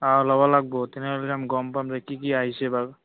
অঁ ল'ব লাগিব তেনেহ'লে আমি গম পাম যে কি কি আহিছে বা